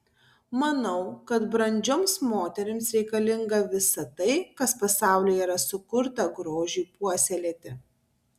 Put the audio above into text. manau kad brandžioms moterims reikalinga visa tai kas pasaulyje yra sukurta grožiui puoselėti